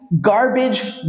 garbage